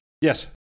Yes